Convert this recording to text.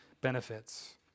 benefits